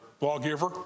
Lawgiver